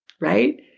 right